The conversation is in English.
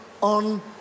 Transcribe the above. on